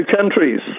countries